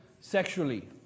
sexually